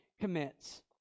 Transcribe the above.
commits